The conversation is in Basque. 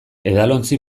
edalontzi